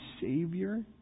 Savior